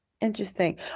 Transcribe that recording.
Interesting